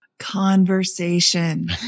Conversation